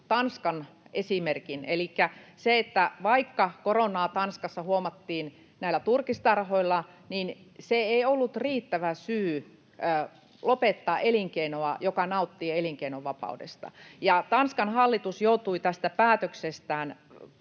Tanskan esimerkin. Elikkä vaikka koronaa Tanskassa huomattiin turkistarhoilla, niin se ei ollut riittävä syy lopettaa elinkeinoa, joka nauttii elinkeinonvapaudesta. Tanskan hallitus joutui tästä päätöksestään